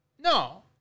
No